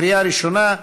קריאה ראשונה.